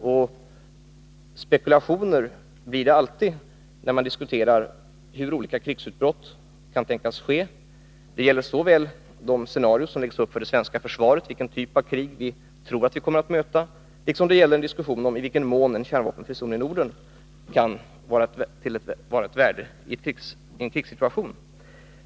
Det blir alltid spekulationer, när man diskuterar hur olika krigsutbrott kan tänkas ske — det gäller såväl de scenarier som läggs upp för det svenska försvaret, med hänsyn till vilken typ av krig vi tror att vi kommer att möta, som en diskussion om i vilken mån en kärnvapenfri zon i Norden kan vara av värde i en krigssituation.